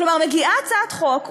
כלומר מגיעה הצעת חוק,